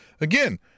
again